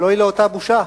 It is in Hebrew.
אבל אוי לאותה בושה,